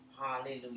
Hallelujah